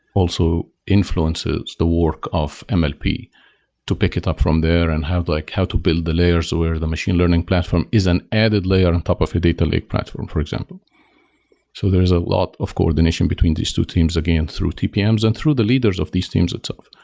also influences the work of mlp to pick it up from there and have like how to build the layer, so where the machine learning platform is an added layer on top of a data lake platform, for example so there is a lot of coordination between these two teams again, through tpms and through the leaders of these teams itself.